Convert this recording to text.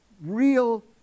real